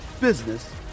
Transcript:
business